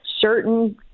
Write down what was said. certain